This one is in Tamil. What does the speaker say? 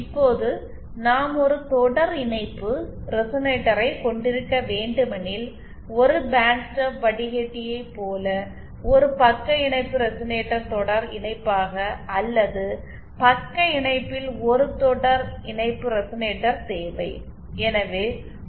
இப்போது நாம் ஒரு தொடர் இணைப்பு ரெசனேட்டரைக் கொண்டிருக்க வேண்டுமெனில் ஒரு பேண்ட் ஸ்டாப் வடிகட்டியை போல ஒரு பக்க இணைப்பு ரெசனேட்டர் தொடர் இணைப்பாக அல்லது பக்க இணைப்பில் ஒரு தொடர் இணைப்பு ரெசனேட்டர் தேவை